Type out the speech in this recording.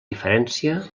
diferència